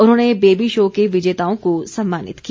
उन्होंने baby show के विजेताओं को सम्मानित किया